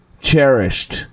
cherished